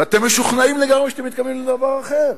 ואתם משוכנעים לגמרי שאתם מתכוונים לדבר אחר.